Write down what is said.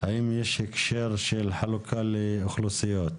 האם יש הקשר של חלוקה לאוכלוסיות?